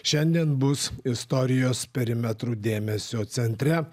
šiandien bus istorijos perimetrų dėmesio centre